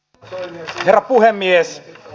herra puhemies